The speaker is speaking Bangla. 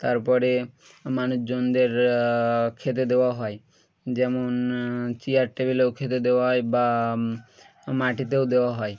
তারপরে মানুষজনদের খেতে দেওয়া হয় যেমন চয়ার টেবেলেও খেতে দেওয়া হয় বা মাটিতেও দেওয়া হয়